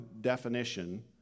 definition